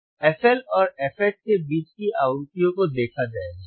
FL और FH के बीच की आवृत्तियों को देखा जाएगा